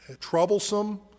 troublesome